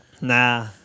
nah